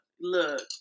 Look